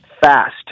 fast